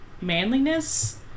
manliness